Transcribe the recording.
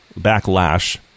backlash